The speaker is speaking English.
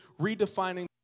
redefining